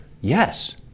yes